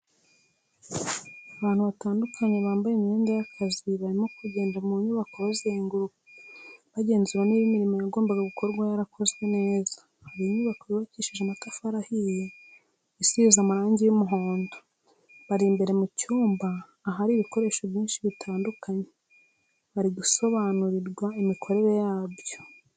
Abantu batandukanye bambaye imyenda y'akazi barimo kugenda mu nyubako bagenzura niba imirimo yagombaga gukorwa yarakozwe neza, hari inyubako yubakishije amatafari ahiye isize amarangi y'umuhondo, bari imbere mu cyumba ahari ibikoresho byinshi bitandukanye bari gusobanurirwa imikorere yabyo.